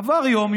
עברו יום,